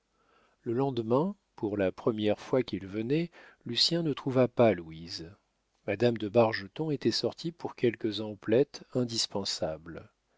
le lendemain pour la première fois qu'il venait lucien ne trouva pas louise madame de bargeton était sortie pour quelques emplettes indispensables